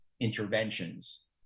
interventions